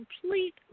complete